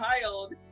child